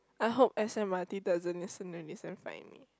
I hope s_m_r_t doesn't listen to this and fine me